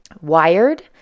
wired